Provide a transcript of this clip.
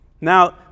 Now